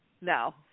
No